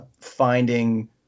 finding